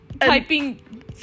typing